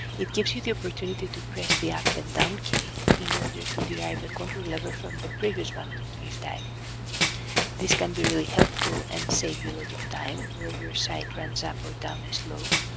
it gives you the opportunity to press the up and down key in order to derive the contour level from the previous one you ve typed. this can be really helpful and save you a lot of time where your site runs up or down a slope,